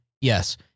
Yes